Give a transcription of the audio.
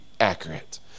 accurate